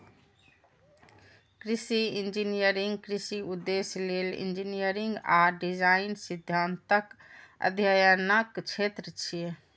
कृषि इंजीनियरिंग कृषि उद्देश्य लेल इंजीनियरिंग आ डिजाइन सिद्धांतक अध्ययनक क्षेत्र छियै